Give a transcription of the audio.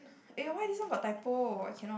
eh why this one got typo I cannot